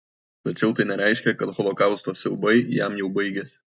tačiau tai nereiškė kad holokausto siaubai jam jau baigėsi